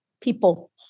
people